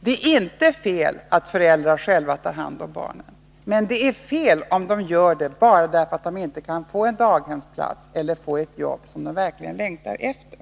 Det är inte fel att föräldrarna själva tar hand om sitt barn, men det är fel om de gör det bara därför att de inte kan få en daghemsplats eller ett jobb som de verkligen längtar efter.